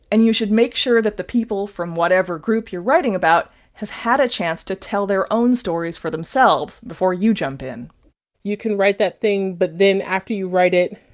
and you should make sure that the people from whatever group you're writing about have had a chance to tell their own stories for themselves before you jump in you can write that thing. but then after you write it,